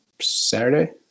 Saturday